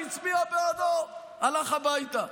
שהצביע בעדו הלך הביתה.